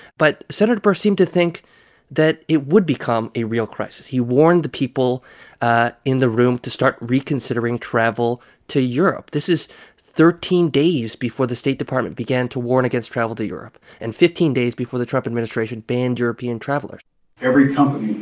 but sen. burr seemed to think that it would become a real crisis. he warned the people in the room to start reconsidering travel to europe. this is thirteen days before the state department began to warn against travel to europe and fifteen days before the trump administration banned european travelers every company